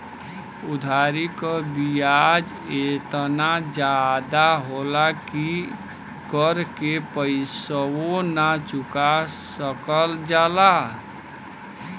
उधारी क बियाज एतना जादा होला कि कर के पइसवो ना चुका सकल जाला